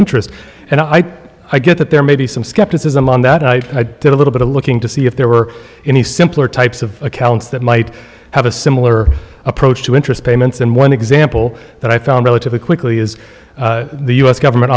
interest and i thought i get that there may be some skepticism on that i did a little bit of looking to see if there were any simpler types of accounts that might have a similar approach to interest payments and one example that i found relatively quickly is the u s government